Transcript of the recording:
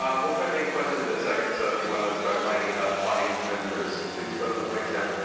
um we'll start taking questions in a second, so if you want to start lining up, audience members, please go to the mics now.